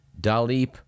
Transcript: Dalip